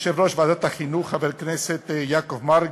יושב-ראש ועדת החינוך חבר הכנסת יעקב מרגי,